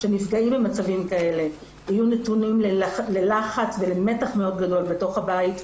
שנפגעים במצבים כאלה יהיו נתונים ללחץ ולמתח מאוד גדול בתוך הבית,